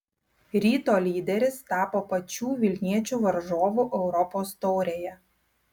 ryto lyderis tapo pačių vilniečių varžovu europos taurėje